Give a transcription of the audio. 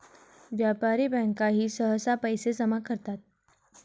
व्यापारी बँकाही सहसा पैसे जमा करतात